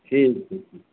ठीक छै ठीक